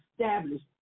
established